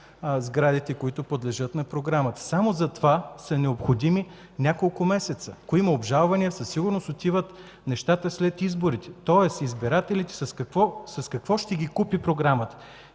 сградите, които подлежат на програмата. Само за това са необходими няколко месеца. Ако има обжалвания, със сигурност нещата отиват след изборите, тоест с какво програмата